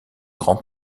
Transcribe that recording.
grand